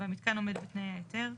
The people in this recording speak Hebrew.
והמיתקן עומד בתנאי ההיתר.